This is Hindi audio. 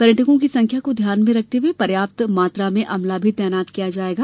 पर्यटकों की संख्या को ध्यान में रखते हुए पर्याप्त मात्रा में अमला भी तैनात किया जाएगा